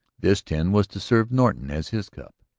this tin was to serve norton as his cup.